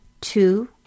Two